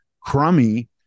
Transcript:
crummy